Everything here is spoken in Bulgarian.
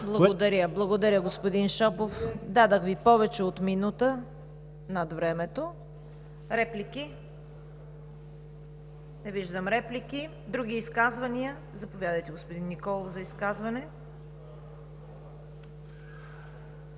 Благодаря, господин Шопов – дадох Ви повече от минута над времето. Реплики? Не виждам. Други изказвания. Заповядайте, господин Николов, за изказване.